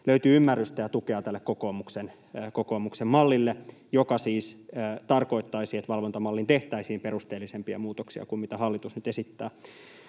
löytyy ymmärrystä ja tukea tälle kokoomuksen mallille, joka siis tarkoit-taisi, että valvontamalliin tehtäisiin perusteellisempia muutoksia kuin mitä hallitus nyt esittää.